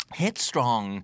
headstrong